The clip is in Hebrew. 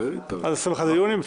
עד ה-21 ביוני?